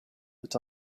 that